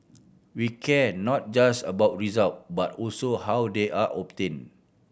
we care not just about result but also how they are obtained